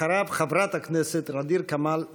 אחריו, חברת הכנסת ע'דיר כמאל מריח.